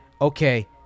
okay